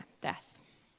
death